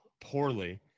Poorly